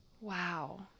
Wow